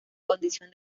condición